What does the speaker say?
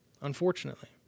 Unfortunately